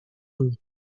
uni